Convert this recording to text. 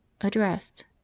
addressed